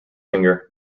singer